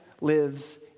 lives